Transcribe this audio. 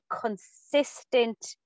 consistent